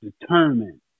determined